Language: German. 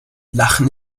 lachen